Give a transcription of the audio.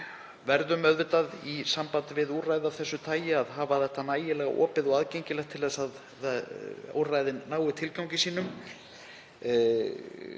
verðum auðvitað, í sambandi við úrræði af þessu tagi, að hafa þetta nægilega opið og aðgengilegt til að úrræðið nái tilgangi sínum.